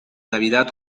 navidad